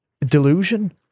delusion